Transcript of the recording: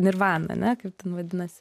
nirvaną ane kaip ten vadinasi